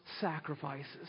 sacrifices